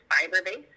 fiber-based